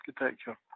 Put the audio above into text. architecture